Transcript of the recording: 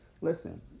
listen